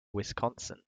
wisconsin